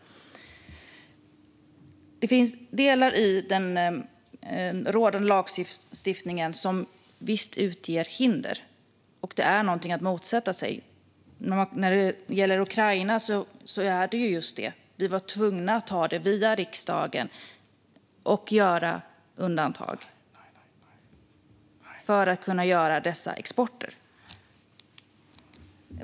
Det finns visst delar i den rådande lagstiftningen som utgör hinder, och det är någonting att motsätta sig. När det gäller Ukraina är det just så. Vi var tvungna att ta det via riksdagen och göra undantag för att kunna göra dessa exporter.